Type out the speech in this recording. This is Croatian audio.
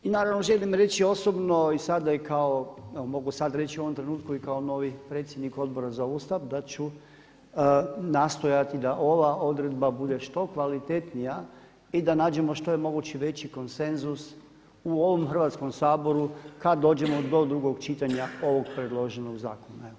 I naravno želim reći osobno i sada i kad mogu sada reći u ovom trenutku i kao novi predsjednik Odbora za Ustav da ću nastojati da ova odredba bude što kvalitetnija i da nađemo što je moguće veći konsenzus u ovom Hrvatskom saboru kad dođemo do drugog čitanja ovog predloženog zakona.